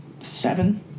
Seven